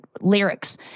lyrics